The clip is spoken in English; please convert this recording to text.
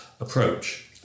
approach